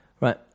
Right